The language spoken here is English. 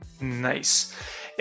nice